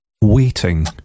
Waiting